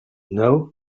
know